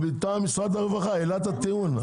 הוא מטעם משרד הרווחה והוא העלה את הטיעון.